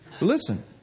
Listen